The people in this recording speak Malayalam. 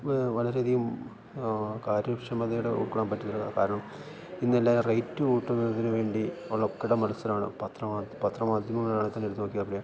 വളരെയധികം കാര്യക്ഷമതയോടെ ഉള്ക്കൊള്ളാന് പറ്റില്ല കാരണം ഇന്നെല്ലാം റേറ്റ് കൂട്ടുന്നതിന് വേണ്ടിയുള്ള കിടമത്സരാണ് പത്രമാധ്യമമാണേൽത്തന്നെ എടുത്ത് നോക്കിയാൽ അറിയാം